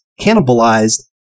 cannibalized